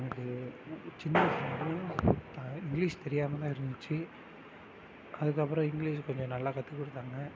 எனக்கு சின்ன இங்கிலீஷ் தெரியாமல் தான் இருந்துச்சு அதுக்கப்றம் இங்கிலீஷ் கொஞ்சம் நல்லா கற்று கொடுத்தாங்க